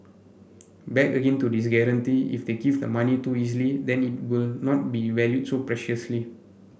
back again to this guarantee if they give the money too easily then it will not be valued so preciously